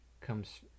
comes